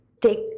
take